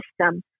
system